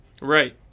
Right